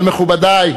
אבל, מכובדי,